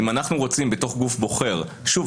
אם אנחנו רוצים בתוך גוף בוחר שוב,